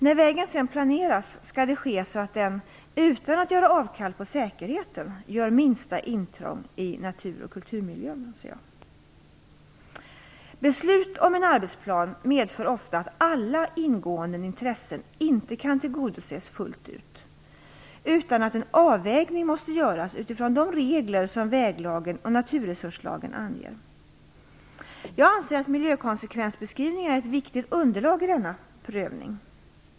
När vägen sedan planeras skall det ske så att den, utan att man gör avkall på säkerheten, gör minsta intrång i natur och kulturmiljön. Beslut om en arbetsplan medför ofta att alla ingående intressen inte kan tillgodoses fullt ut. En avvägning måste göras utifrån de regler som väglagen och naturresurslagen anger. Jag anser att miljökonsekvensbeskrivningar är ett viktigt underlag i denna prövning.